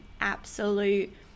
absolute